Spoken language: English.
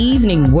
Evening